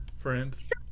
Friends